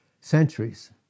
centuries